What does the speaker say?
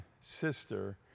sister